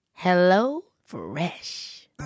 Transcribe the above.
HelloFresh